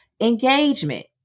engagement